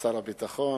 שר הביטחון,